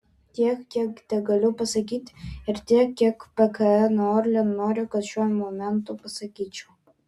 tik tiek tegaliu pasakyti ir tik tiek pkn orlen nori kad šiuo momentu pasakyčiau